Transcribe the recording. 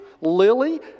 Lily